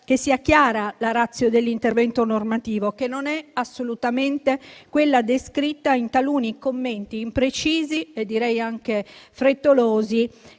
sia chiara la *ratio* dell'intervento normativo, che non è assolutamente quella descritta in taluni commenti imprecisi e direi anche frettolosi